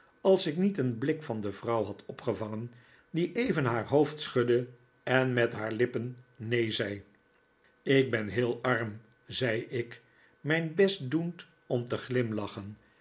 als ik niet een blik van de vrouw had opgevangen die even haar hoofd schudde en met haar lippen neen zei ik ben heel arm zei ik mijn best doend om te glimlachen